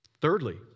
Thirdly